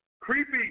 Creepy